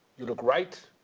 you look right,